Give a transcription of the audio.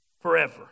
forever